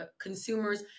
consumers